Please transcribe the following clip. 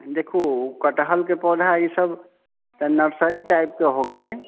देखु कटहलके पौधा ई सभ तऽ नर्सरी टाइपके हो गेलै